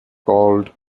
called